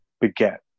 beget